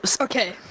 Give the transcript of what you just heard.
Okay